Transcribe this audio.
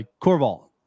Corval